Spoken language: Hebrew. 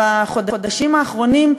בחודשים האחרונים,